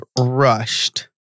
rushed